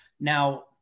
Now